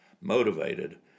motivated